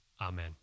Amen